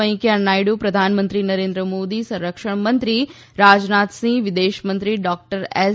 વેકૈયા નાયડુ પ્રધાનમંત્રી નરેન્દ્ર મોદી સંરક્ષણ મંત્રી રાજનાથસીંહ વિદેશ મંત્રી ડોકટર એસ